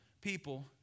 people